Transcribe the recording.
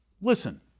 listen